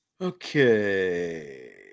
Okay